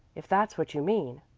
if that's what you mean,